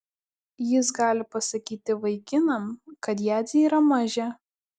jis gali pasakyti vaikinam kad jadzė yra mažė